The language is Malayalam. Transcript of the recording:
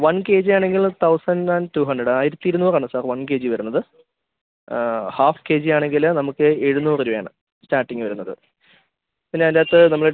വൺ കെ ജി ആണെങ്കില് തൗസൻഡ് ആൻഡ് ടു ഹൻഡ്രഡ് ആയിരത്തി ഇരുന്നൂറാണ് സാർ വൺ കെ ജി വരുന്നത് ഹാഫ് കെ ജി ആണെങ്കില് നമുക്ക് എഴുന്നൂറ് രൂപയാണ് സ്റ്റാർട്ടിങ് വരുന്നത് പിന്നെ അതിന്റെയകത്തു നമ്മള്